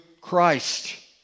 christ